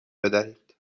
بدهید